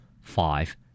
Five